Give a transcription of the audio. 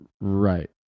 Right